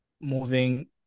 moving